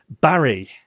Barry